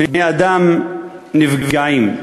בני-אדם נפגעים".